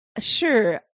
sure